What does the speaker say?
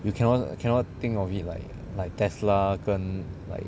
you cannot cannot think of it like like Tesla 跟 like